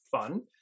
fun